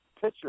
Pitcher